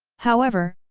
however,